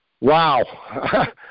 Wow